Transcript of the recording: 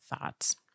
thoughts